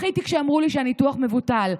בכיתי כשאמרו לי שהניתוח מבוטל.